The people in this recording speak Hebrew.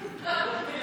כנראה.